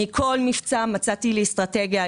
אני כל מבצע מצאתי לי אסטרטגיה.